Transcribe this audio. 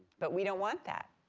but we don't want that,